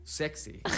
sexy